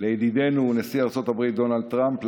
לידידנו נשיא ארצות הברית דונלד טראמפ,